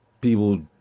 People